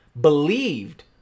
believed